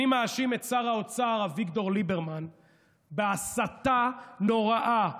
אני מאשים את שר האוצר אביגדור ליברמן בהסתה נוראה,